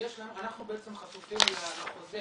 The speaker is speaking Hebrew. אנחנו בעצם חשופים לחוזה